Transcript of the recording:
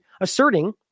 asserting